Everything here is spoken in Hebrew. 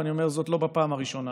ואני אומר זאת לא בפעם הראשונה: